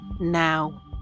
Now